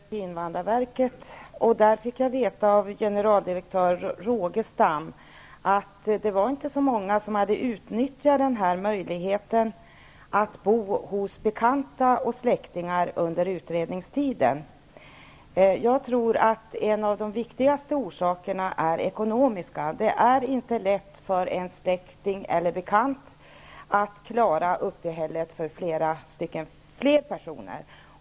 Herr talman! För några veckor sedan var jag inbjuden till invandrarverket i Norrköping. Där fick jag veta av generaldirektör Rogestam att det inte var så många som hade utnyttjat möjligheten att under utredningstiden bo hos bekanta eller släktingar. Jag tror att en av de viktigaste orsakerna är de ekonomiska. Det är inte lätt för en släkting eller en bekant att klara uppehället för ytterligare personer.